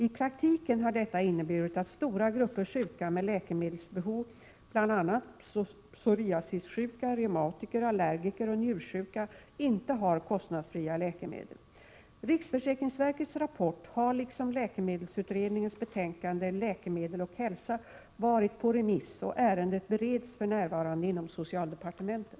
I praktiken har detta inneburit att stora grupper sjuka med läkemedelsbehov, bl.a. psoriasissjuka, reumatiker, allergiker och njursjuka, inte har kostnadsfria läkemedel. Riksförsäkringsverkets rapport har liksom läkemedelsutredningens betänkande ”Läkemedel och hälsa” varit på remiss, och ärendet bereds för närvarande inom socialdepartementet.